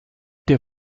der